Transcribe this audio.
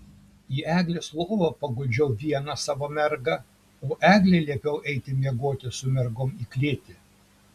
į eglės lovą paguldžiau vieną savo mergą o eglei liepiau eiti miegoti su mergom į klėtį